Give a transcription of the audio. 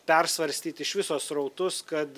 persvarstyt iš viso srautus kad